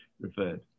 referred